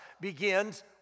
begins